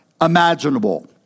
imaginable